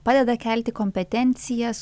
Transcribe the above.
padeda kelti kompetencijas